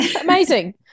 Amazing